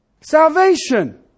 salvation